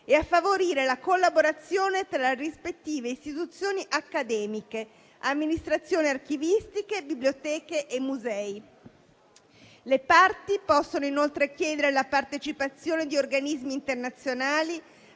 e a favorire la collaborazione tra rispettive istituzioni accademiche, amministrazioni archivistiche, biblioteche e musei. Le parti possono inoltre chiedere la partecipazione di organismi internazionali